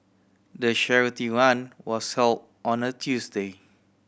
the charity run was held on a Tuesday